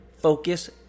focus